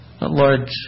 Lord